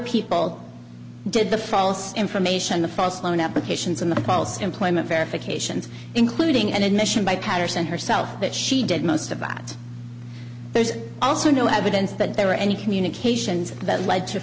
people did the false information the fossilman applications and the false employment verification including an admission by patterson herself that she we did most of that there's also no evidence that there were any communications that led to